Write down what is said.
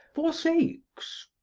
forsakes.